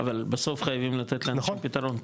אבל בסוף חייבים לתת להם איזשהו פתרון.